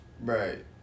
Right